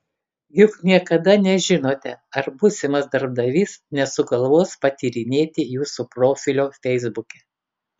juk niekada nežinote ar būsimas darbdavys nesugalvos patyrinėti jūsų profilio feisbuke